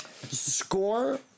score